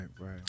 right